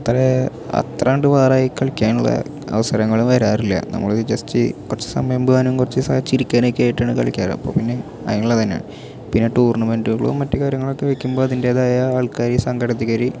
അത്രേ അത്ര കണ്ട് ബോറായി കളിക്കാനുള്ള അവസരങ്ങളും വരാറില്ല നമ്മൾ ജസ്റ്റ് കുറച്ച് സമയം പോകാനും കുറച്ച് ചിരിക്കാനക്കെയായിട്ടാണ് കളിക്കാറ് അപ്പം പിന്നെ അതിനുള്ള തന്ന പിന്നെ ടൂർണ്ണമെൻറ്റുകളും മറ്റ് കാര്യങ്ങളൊക്കെ വെക്കുമ്പോൾ അതിൻ്റെതായ ആൾക്കാർ സങ്കടത്തി കയറി